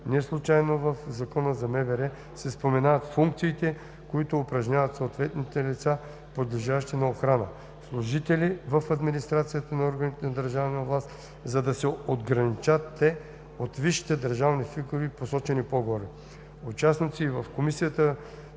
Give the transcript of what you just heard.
Неслучайно в Закона за МВР се споменават функциите, които упражняват съответните лица, подлежащи на охрана – служители в администрацията на органите на държавна власт, за да се отграничат те от висшите държавни фигури, посочени по-горе. Участници и в Комисиите